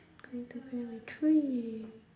going to primary three